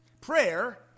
Prayer